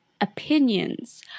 opinions